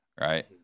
Right